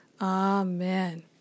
Amen